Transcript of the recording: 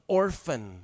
orphan